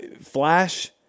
Flash